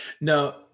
No